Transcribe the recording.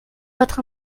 votre